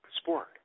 sport